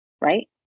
right